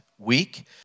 week